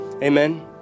amen